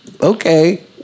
okay